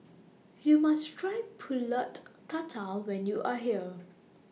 YOU must Try Pulut Tatal when YOU Are here